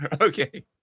Okay